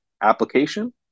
application